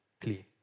clean